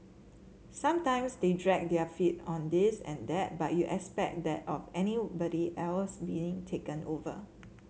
sometimes they dragged their feet on this and that but you expect that of anybody else being taken over